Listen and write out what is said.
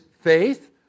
faith